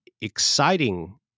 exciting